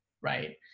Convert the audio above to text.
right